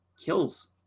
kills